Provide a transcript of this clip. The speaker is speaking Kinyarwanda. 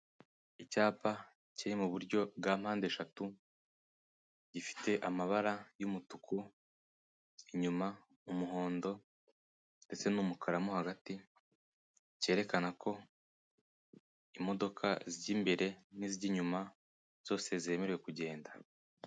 Icyapa kiri mu buryo bwa mpande eshatu, gifite amabara y'umutuku, inyuma umuhondo, ndetse n'umukara mo hagati, cyerekana ko imodoka z'imbere, n'iz'inyuma zose zemerewe kugenda.